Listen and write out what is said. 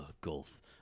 gulf